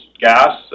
gas